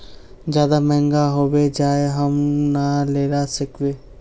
ज्यादा महंगा होबे जाए हम ना लेला सकेबे?